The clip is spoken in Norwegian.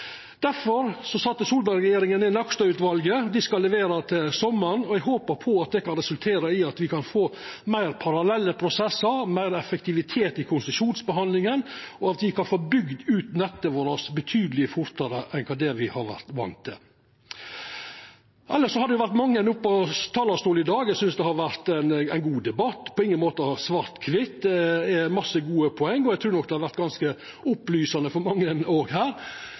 kan resultera i at me kan få meir parallelle prosessar, meir effektivitet i konsesjonsbehandlinga, og at me kan få bygd ut nettet vårt betydeleg fortare enn kva me har vore vande med. Elles har det vore mange oppe på talarstolen i dag. Eg synest det har vore ein god debatt – på ingen måte svart-kvit. Det er masse gode poeng, og eg trur nok òg det har vore ganske opplysande for mange her. Blant anna tok min kollega Stensland ordet her